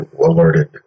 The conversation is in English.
alerted